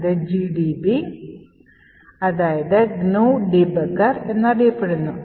ഇത് GDB എന്നറിയപ്പെടുന്നു